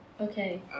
Okay